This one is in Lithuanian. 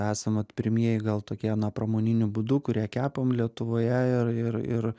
esam pirmieji gal tokie na pramoniniu būdu kurie kepam lietuvoje ir ir ir